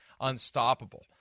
Unstoppable